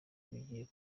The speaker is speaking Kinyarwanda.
bigiye